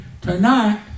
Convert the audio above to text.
tonight